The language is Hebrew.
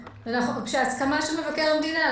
הסכמה של מבקר המדינה,